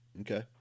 Okay